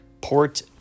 Port